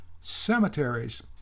cemeteries